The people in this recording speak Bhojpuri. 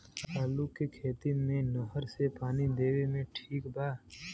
आलू के खेती मे नहर से पानी देवे मे ठीक बा?